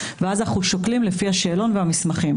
ואז אנחנו שוקלים לפי השאלון והמסמכים.